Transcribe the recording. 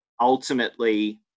Ultimately